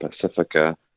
Pacifica